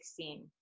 2016